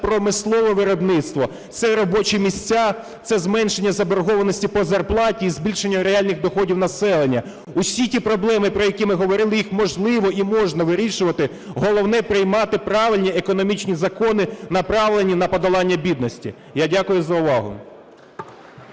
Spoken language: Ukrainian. промислове виробництво, це робочі місця, це зменшення заборгованості по зарплаті і збільшення реальних доходів населення. Усі ті проблеми, про які ми говорили, їх можливо і можна вирішувати, головне – приймати правильні економічні закони, направлені на подолання бідності. Я дякую за увагу.